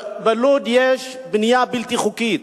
בלוד יש בנייה בלתי חוקית,